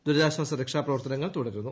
ദുരിതാശ്വാസ രക്ഷാ പ്രവർത്തനങ്ങൾ തുടരുന്നു